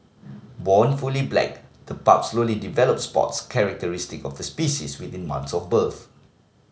born fully black the pups slowly develop spots characteristic of the species within months of birth